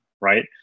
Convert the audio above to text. right